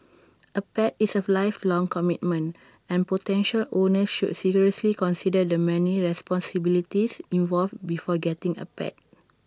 A pet is A lifelong commitment and potential owners should seriously consider the many responsibilities involved before getting A pet